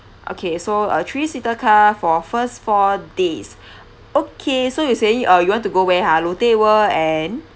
okay so a three seater car for first four days okay so you saying uh you want to go where ha lotte world and